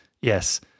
Yes